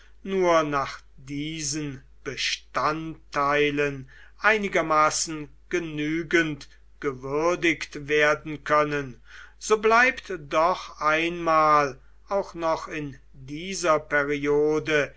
nur nach diesen bestandteilen einigermaßen genügend gewürdigt werden können so bleibt doch einmal auch noch in dieser periode